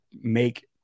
make